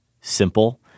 simple